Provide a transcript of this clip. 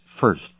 first